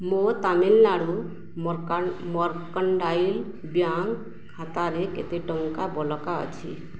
ମୋ Tamil Nadu mercantile bank ଖାତାରେ କେତେ ଟଙ୍କା ବଳକା ଅଛି